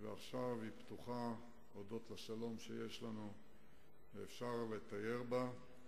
ועכשיו היא פתוחה הודות לשלום שיש לנו ואפשר לתייר בה.